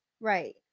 Right